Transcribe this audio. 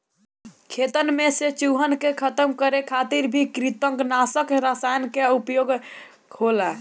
खेतन में से चूहन के खतम करे खातिर भी कृतंकनाशक रसायन के उपयोग होला